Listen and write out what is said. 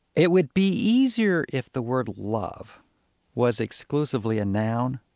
it would be easier if the word love was exclusively a noun,